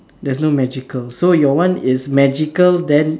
there's no magical so your one is magical then